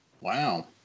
Wow